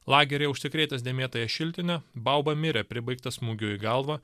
lageryje užsikrėtęs dėmėtąja šiltine bauba mirė pribaigtas smūgio į galvą